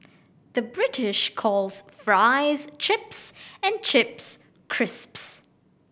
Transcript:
the British calls fries chips and chips crisps